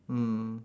mm